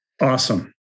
Awesome